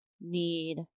need